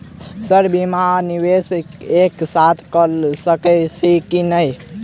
Sir बीमा आ निवेश एक साथ करऽ सकै छी की न ई?